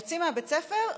יוצאים מבית הספר,